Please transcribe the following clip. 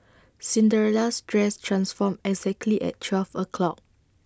Cinderella's dress transformed exactly at twelve o'clock